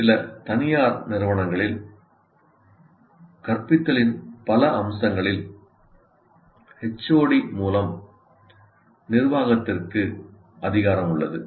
சில தனியார் நிறுவனங்களில் கற்பித்தலின் பல அம்சங்களில் HOD மூலம் நிர்வாகத்திற்கு அதிகாரம் உள்ளது